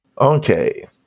Okay